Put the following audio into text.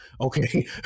Okay